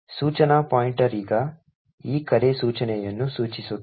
ಸೂಚನಾ ಪಾಯಿಂಟರ್ ಈಗ ಈ ಕರೆ ಸೂಚನೆಯನ್ನು ಸೂಚಿಸುತ್ತದೆ